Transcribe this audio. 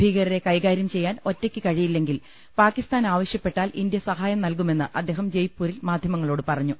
ഭീകരരെ കൈകാര്യം ചെയ്യാൻ ഒറ്റയ്ക്ക് കഴിയില്ലെങ്കിൽ പാകിസ്ഥാൻ ആവശ്യപ്പെട്ടാൽ ഇന്ത്യ സഹായം നൽകു മെന്ന് അദ്ദേഹം ജയ്പൂരിൽ മാധ്യമങ്ങളോട് പറഞ്ഞു